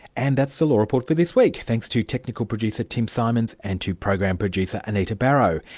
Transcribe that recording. and that's the law report for this week. thanks to technical producer tim symonds and to program producer, anita barraud.